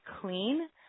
clean